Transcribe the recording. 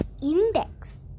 index